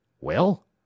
Well